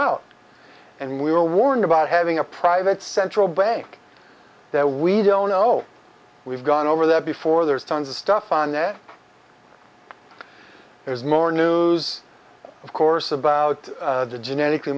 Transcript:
out and we were warned about having a private central bank that we don't know we've gone over that before there's tons of stuff on there there's more news of course about genetically